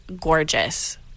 gorgeous